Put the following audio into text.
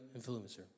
influencer